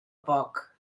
poc